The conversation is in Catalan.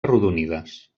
arrodonides